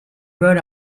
rode